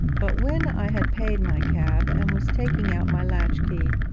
but when i had paid my cab, and was taking out my latch-key,